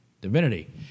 Divinity